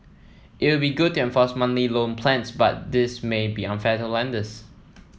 it would be good to enforce monthly loan plans but this may be unfair to lenders